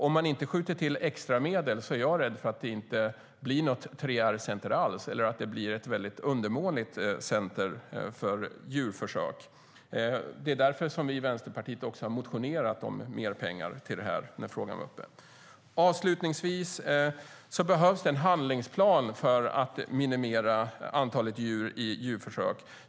Om man inte skjuter till extra medel är jag rädd för att det inte blir något 3R-center alls eller att det blir ett undermåligt center för djurförsök. Det var därför vi i Vänsterpartiet motionerade om mer pengar till detta när frågan var uppe. Det behövs en handlingsplan för att minimera antalet djur i djurförsök.